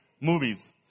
movies